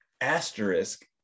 asterisk